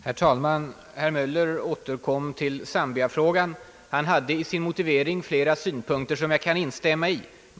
Herr talman! Herr Möller återkom till zambiafrågan. Han anförde flera synpunkter som jag kan instämma i.